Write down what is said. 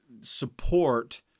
support